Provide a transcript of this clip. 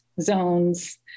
zones